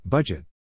Budget